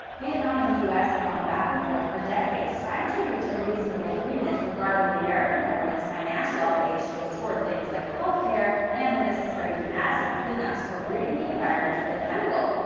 vietnam and the u s. have gone back-and-forth for decades trying to reach a reasonable agreement regarding the american government's financial obligations toward things like healthcare and the necessary massive clean-ups for ridding the environment of the chemical,